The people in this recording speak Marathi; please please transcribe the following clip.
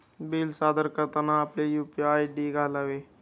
बिल सादर करताना आपले यू.पी.आय आय.डी घालावे